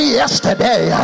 yesterday